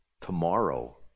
Tomorrow